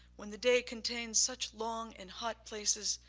when the day contains such long and hot places,